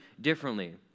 differently